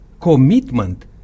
commitment